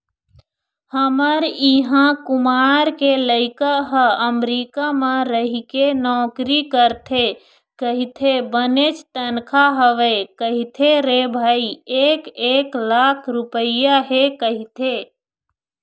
हमर इहाँ कुमार के लइका ह अमरीका म रहिके नौकरी करथे कहिथे बनेच तनखा हवय कहिथे रे भई एक एक लाख रुपइया हे कहिथे